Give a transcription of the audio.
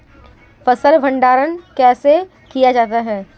फ़सल भंडारण कैसे किया जाता है?